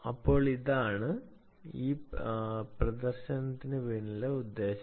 അപ്പോൾ ഇതാണ് ഈ പ്രദർശനത്തിനു പിന്നിലെ ഉദ്ദ്യേശം